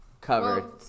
covered